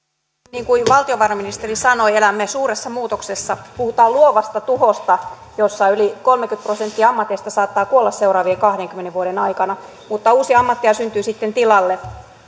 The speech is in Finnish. niin kuin valtiovarainministeri sanoi elämme suuressa muutoksessa puhutaan luovasta tuhosta jossa yli kolmekymmentä prosenttia ammateista saattaa kuolla seuraavien kahdenkymmenen vuoden aikana mutta uusia ammatteja syntyy sitten tilalle